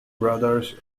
brothers